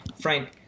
Frank